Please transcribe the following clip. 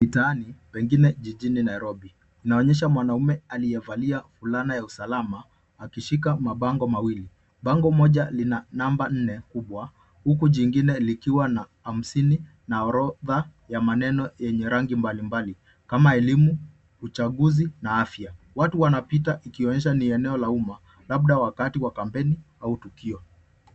Mtaani pengine jijini Nairobi, inaonyesha mwanaume aliyevalia vulana ya usalama akishika mabango mawili, bango moja lina namba nne kubwa uku jingine likiwa na hamsini na orodha ya maneno enye rangi mbali mbali kama elimu, uchanguzi na afya. Watu wanapita ikionyesha ni eneo la umma labda wakati wa kampeni au tukio.